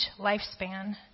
lifespan